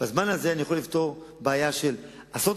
בזמן הזה אני יכול לפתור בעיה של עשרות